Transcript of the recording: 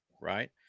right